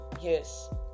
yes